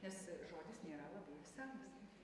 nes žodis nėra labai ir senas